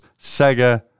Sega